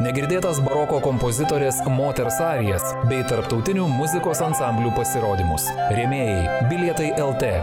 negirdėtos baroko kompozitorės moters arijas bei tarptautinių muzikos ansamblių pasirodymusrėmėjai bilietai lt